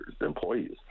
employees